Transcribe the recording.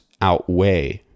outweigh